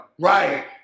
Right